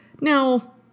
Now